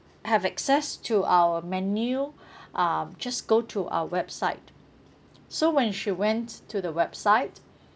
have access to our menu uh just go to our website so when she went to the website